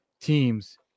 teams